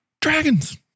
dragons